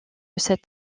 cet